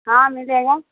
ہاں مل جائے گا